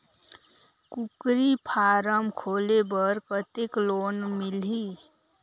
कूकरी फारम खोले बर कतेक लोन मिलही?